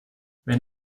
wenn